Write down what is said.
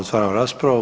Otvaram raspravu.